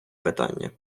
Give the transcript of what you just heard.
питання